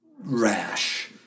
rash